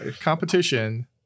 competition